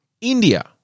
India